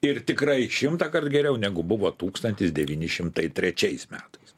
ir tikrai šimtąkart geriau negu buvo tūkstantis devyni šimtai trečiais metais